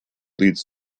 leads